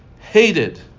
hated